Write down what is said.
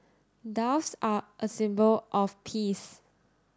doves are a symbol of peace